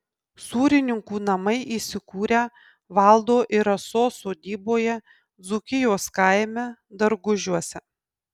sūrininkų namai įsikūrę valdo ir rasos sodyboje dzūkijos kaime dargužiuose